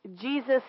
Jesus